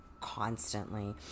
constantly